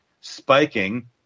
spiking